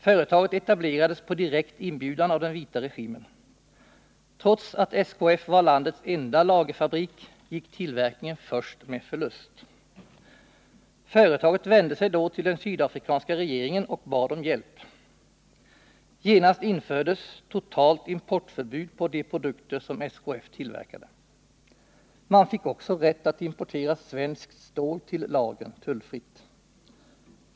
Företaget etablerades på direkt inbjudan av den vita regimen. Trots att SKF var landets enda lagerfabrik, gick tillverkningen först med förlust. Företaget vände sig då till den sydafrikanska regeringen och bad om hjälp. Genast infördes totalt importförbud på de produkter som SKF tillverkade. Man fick också rätt att importera svenskt stål till lagren tullfritt.